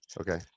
Okay